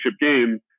game